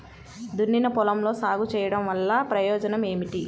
దున్నిన పొలంలో సాగు చేయడం వల్ల ప్రయోజనం ఏమిటి?